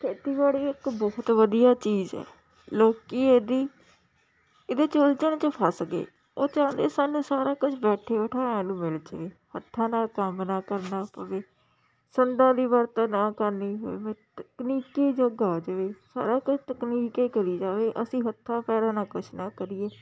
ਖੇਤੀਬਾੜੀ ਇੱਕ ਬਹੁਤ ਵਧੀਆ ਚੀਜ਼ ਹੈ ਲੋਕ ਇਹਦੀ ਇਹਦੇ 'ਚ ਉਲਝਣ 'ਚ ਫਸ ਗਏ ਉਹ ਚਾਹੁੰਦੇ ਸਨ ਸਾਰਾ ਕੁਝ ਬੈਠੇ ਬਿਠਾਇਆ ਨੂੰ ਮਿਲ ਜਾਵੇ ਹੱਥਾਂ ਨਾਲ ਕੰਮ ਨਾ ਕਰਨਾ ਪਵੇ ਸੰਦਾਂ ਦੀ ਵਰਤੋਂ ਨਾ ਕਰਨੀ ਪਵੇ ਤਕਨੀਕੀ ਯੁੱਗ ਆ ਜਾਵੇ ਸਾਰਾ ਕੁਝ ਤਕਨੀਕ ਏ ਕਰੀ ਜਾਵੇ ਅਸੀਂ ਹੱਥਾਂ ਪੈਰਾਂ ਨਾਲ ਕੁਛ ਨਾ ਕਰੀਏ